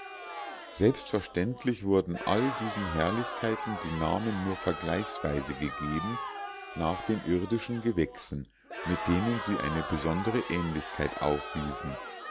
selbstverständlich wurden all diesen herrlichkeiten die namen nur vergleichsweise gegeben nach den irdischen gewächsen mit denen sie eine besondere ähnlichkeit aufwiesen